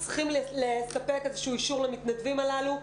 צריכים לספק איזשהו אישור למתנדבים הללו,